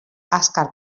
azkar